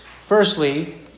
Firstly